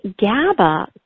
GABA